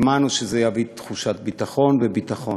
האמנו שזה יביא תחושת ביטחון וביטחון.